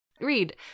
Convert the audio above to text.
Read